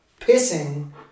pissing